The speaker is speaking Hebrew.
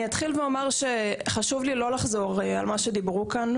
אני אתחיל ואומר שחשוב לי לא לחזור על מה שדיברו כאן,